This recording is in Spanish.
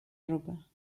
ropa